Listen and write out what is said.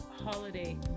holiday